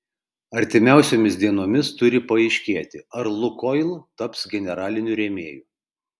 artimiausiomis dienomis turi paaiškėti ar lukoil taps generaliniu rėmėju